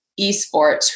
eSports